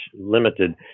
limited